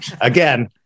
again